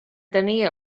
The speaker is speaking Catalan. tenir